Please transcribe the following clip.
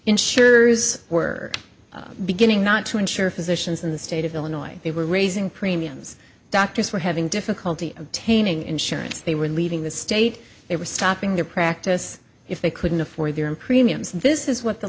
ensures were beginning not to insure physicians in the state of illinois they were raising premiums doctors were having difficulty obtaining insurance they were leaving the state they were stopping their practice if they couldn't afford their own premiums this is what the